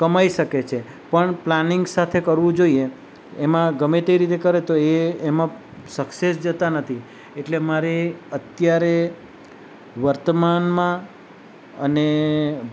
કમાઈ શકે છે પણ પ્લાનિંગ સાથે કરવું જોઈએ એમાં ગમે તે રીતે કરે તો એમાં સક્સેસ જતા નથી એટલે મારે અત્યારે વર્તમાનમાં અને